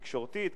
תקשורתית,